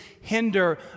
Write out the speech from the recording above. hinder